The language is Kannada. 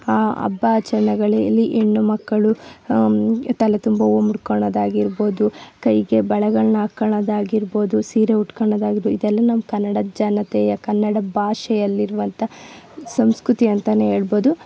ಆ ಹಬ್ಬ ಆಚರಣೆಗಳಲ್ಲಿ ಹೆಣ್ಣು ಮಕ್ಕಳು ತಲೆ ತುಂಬ ಹೂ ಮುಡ್ಕೊಳೋದಾಗಿರಬೋದು ಕೈಗೆ ಬಳೆಗಳನ್ನ ಹಾಕೋಳೋದಾಗಿರಬೋದು ಸೀರೆ ಉಟ್ಕೋಳೋದಾಗಿರಬೋದು ಇದೆಲ್ಲ ನಮ್ಮ ಕನ್ನಡದ ಜನತೆಯ ಕನ್ನಡ ಭಾಷೆಯಲ್ಲಿರುವಂಥ ಸಂಸ್ಕೃತಿ ಅಂತೆಯೇ ಹೇಳ್ಬೋದು